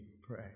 pray